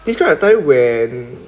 describe a time when